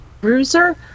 Bruiser